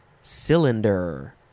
cylinder